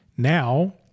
Now